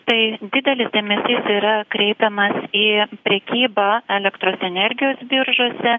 tai didelis dėmesys yra kreipiamas į prekybą elektros energijos biržose